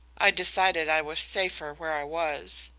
i decided i was safer where i was.